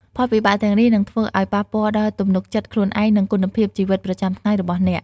ផលវិបាកទាំងនេះនឹងធ្វើឱ្យប៉ះពាល់ដល់ទំនុកចិត្តខ្លួនឯង និងគុណភាពជីវិតប្រចាំថ្ងៃរបស់អ្នក។